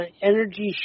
energy